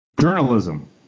journalism